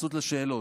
התייחסות לשאלות,